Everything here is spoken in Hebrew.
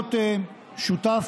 להיות שותף,